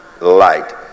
light